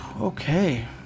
Okay